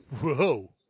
Whoa